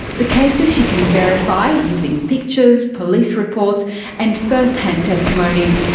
the cases she can verify, using pictures, police reports and first hand testimonies,